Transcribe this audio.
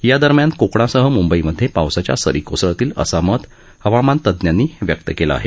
या दरम्यान कोकणासह मुंबईमध्ये पावसाच्या सरी कोसळतील असे मत हवामान तज्ञांनी व्यक्त केलं आहे